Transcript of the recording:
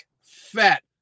fat